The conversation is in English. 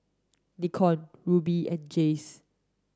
Nikon Rubi and Jays